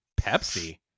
Pepsi